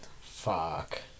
Fuck